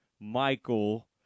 Michael